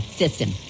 system